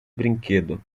brinquedo